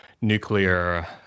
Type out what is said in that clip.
nuclear